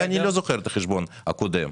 ואני לא זוכר את החשבון הקודם,